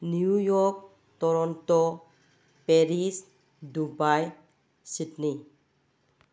New York Toronto Paris Dubai Sydney